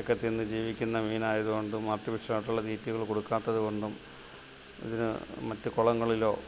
ഒക്കെ തിന്നു ജീവിക്കുന്ന മീൻ ആയതുകൊണ്ടും ആർട്ടിഫിഷ്യലായിട്ടുള്ള തീറ്റകൾ കൊടുക്കാത്തത് കൊണ്ടും ഇതിന് മറ്റ് കുളങ്ങളിലോ